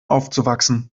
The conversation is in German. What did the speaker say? aufzuwachsen